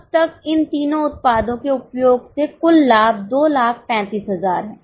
अब तक इन तीनों उत्पादों के उपयोग से कुल लाभ 2 35000 है